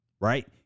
right